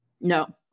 No